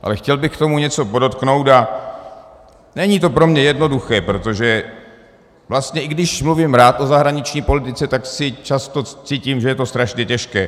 Ale chtěl bych k tomu něco podotknout a není to pro mě jednoduché, protože vlastně i když mluvím rád o zahraniční politice, tak často cítím, že je to strašně těžké.